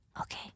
Okay